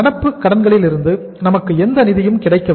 நடப்பு கடன்களிலிருந்து நமக்கு எந்த நிதியும் கிடைக்கவில்லை